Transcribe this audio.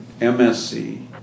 MSC